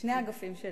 שני האגפים שלנו,